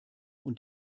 und